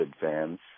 fans